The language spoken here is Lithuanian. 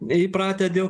įpratę dėl